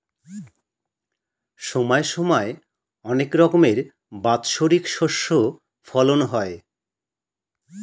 সময় সময় অনেক রকমের বাৎসরিক শস্য ফলন হয়